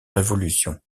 révolution